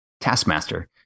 taskmaster